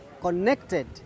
connected